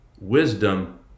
wisdom